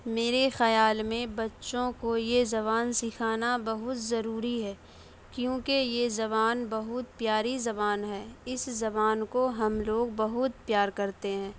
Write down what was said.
میرے خیال میں بچوں کو یہ زبان سکھانا بہت ضروری ہے کیوں کہ یہ زبان بہت پیاری زبان ہے اس زبان کو ہم لوگ بہت پیار کرتے ہیں